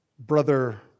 Brother